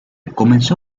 comenzó